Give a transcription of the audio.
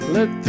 Let